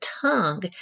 tongue